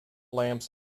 lamps